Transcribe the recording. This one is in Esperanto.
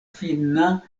finna